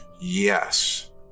yes